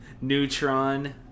Neutron